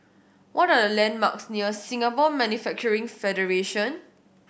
what are the landmarks near Singapore Manufacturing Federation